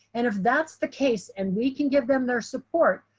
and if that's the case and we can give them their support.